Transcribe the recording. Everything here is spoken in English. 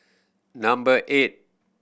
number eight